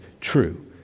true